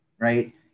right